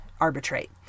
arbitrate